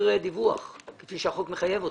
יעביר דיווח כפי שהחוק מחייב אותו.